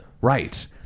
Right